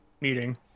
meeting